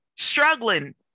struggling